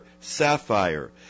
Sapphire